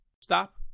stop